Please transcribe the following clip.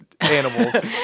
animals